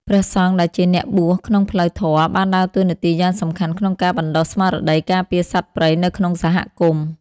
ព្រះសង្ឃដែលជាអ្នកបួសក្នុងផ្លូវធម៌បានដើរតួនាទីយ៉ាងសំខាន់ក្នុងការបណ្តុះស្មារតីការពារសត្វព្រៃនៅក្នុងសហគមន៍។